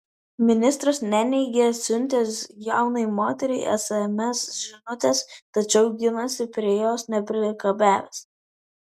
ministras neneigia siuntęs jaunai moteriai sms žinutes tačiau ginasi prie jos nepriekabiavęs